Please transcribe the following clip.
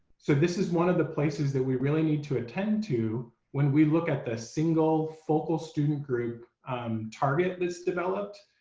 so this is one of the places that we really need to attend to when we look at the single focal student group target that's developed.